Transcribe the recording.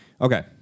Okay